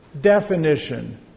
definition